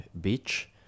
beach